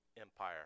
empire